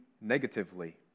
negatively